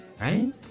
right